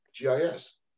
GIS